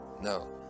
No